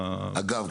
אגב,